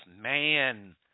man